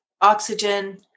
oxygen